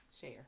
Share